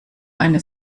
eine